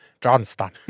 Johnston